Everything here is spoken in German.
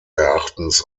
erachtens